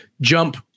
jump